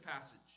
passage